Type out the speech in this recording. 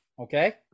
Okay